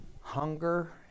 Hunger